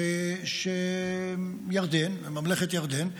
ממלכת ירדן,